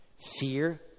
Fear